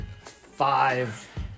five